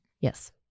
Yes